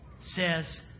says